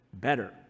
better